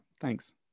Thanks